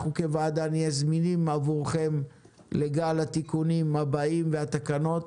אנחנו כוועדה נהיה זמינים עבורכם לגל התיקונים הבאים והתקנות.